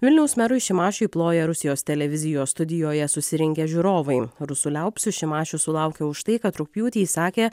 vilniaus merui šimašiui ploja rusijos televizijos studijoje susirinkę žiūrovai rusų liaupsių šimašius sulaukė už tai kad rugpjūtį įsakė